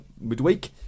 midweek